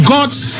God's